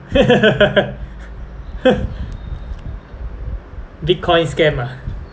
bitcoin scam ah